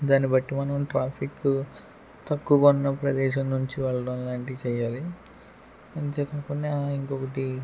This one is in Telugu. దాన్నిబట్టి మనం ట్రాఫిక్ తక్కువబన్న ప్రదేశం నుంచి వెళ్లడం లాంటి చేయాలి ఇన్ కేస్ ఇంకోటి